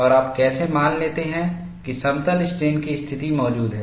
और आप कैसे मान लेते हैं कि समतल स्ट्रेन की स्थिति मौजूद है